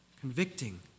convicting